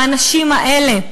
האנשים האלה,